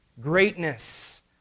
greatness